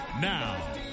Now